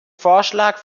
vorschlag